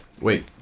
Wait